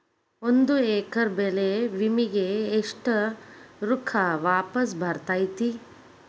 ಒಂದು ಎಕರೆ ಬೆಳೆ ವಿಮೆಗೆ ಎಷ್ಟ ರೊಕ್ಕ ವಾಪಸ್ ಬರತೇತಿ?